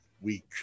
week